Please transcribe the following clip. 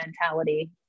mentality